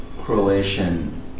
Croatian